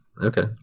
okay